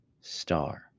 star